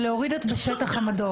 ולהוריד את "בשטח המדור".